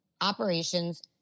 operations